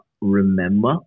remember